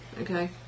okay